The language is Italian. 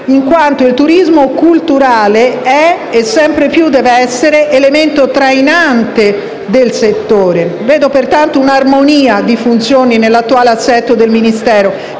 Compagna. Il turismo culturale è infatti - e sempre più deve essere - elemento trainante del settore. Vedo pertanto un'armonia di funzioni nell'attuale assetto del Ministero,